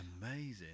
amazing